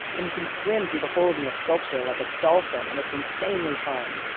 and you can swim through the holes in the sculpture like a dolphin, and it's insanely fun.